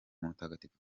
mutagatifu